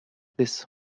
this